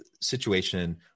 situation